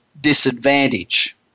disadvantage